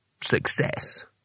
success